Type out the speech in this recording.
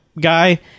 guy